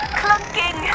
clunking